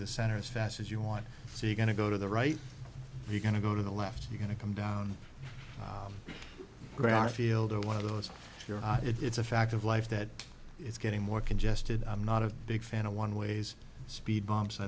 the centers fast as you want so you're going to go to the right you're going to go to the left you're going to come down grass field or one of those it's a fact of life that it's getting more congested i'm not a big fan of one ways speed bumps i